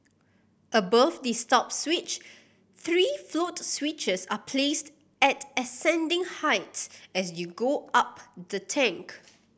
above the stop switch three float switches are placed at ascending heights as you go up the tank